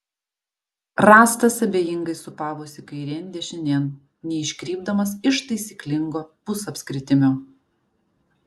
rąstas abejingai sūpavosi kairėn dešinėn neiškrypdamas iš taisyklingo pusapskritimio